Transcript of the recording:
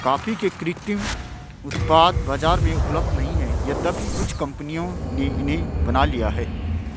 coffee के कृत्रिम उत्पाद बाजार में उपलब्ध नहीं है यद्यपि कुछ कंपनियों ने इन्हें बना लिया है